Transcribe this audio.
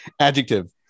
Adjective